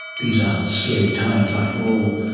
these are scary times after all.